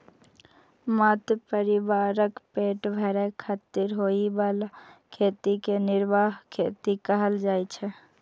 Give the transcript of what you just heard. मात्र परिवारक पेट भरै खातिर होइ बला खेती कें निर्वाह खेती कहल जाइ छै